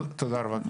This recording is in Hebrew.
לא, תודה רבה.